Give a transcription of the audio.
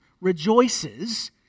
rejoices